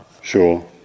Sure